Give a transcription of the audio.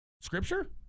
scripture